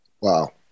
Wow